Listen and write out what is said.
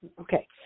Okay